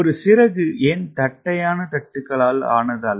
ஒரு சிறகு ஏன் தட்டையான தட்டுகளால் ஆனது அல்ல